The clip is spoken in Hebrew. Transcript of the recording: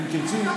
אם תרצי,